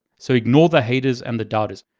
so ignore the haters and the doubters.